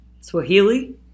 Swahili